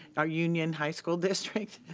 our union high school district.